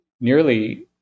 nearly